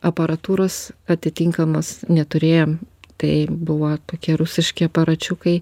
aparatūros atitinkamos neturėjom tai buvo tokie rusiški aparačiukai